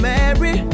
Mary